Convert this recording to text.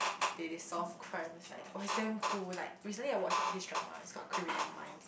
they they solve crimes like oh it's damn cool like recently I watched this drama it's called Criminal Mind